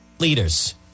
Leaders